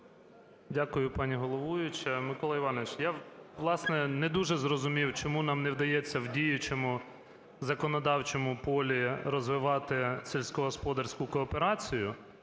Дякую, пані головуюча. Микола Іванович, я, власне, не дуже зрозумів, чому нам не вдається в діючому законодавчому полі розвивати сільськогосподарську кооперацію,